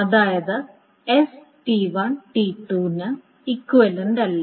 അതായത് S T1 T2 ന് equivalent അല്ല